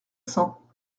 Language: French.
cents